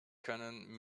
können